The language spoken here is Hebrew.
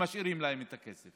אלא משאירים להם את הכסף.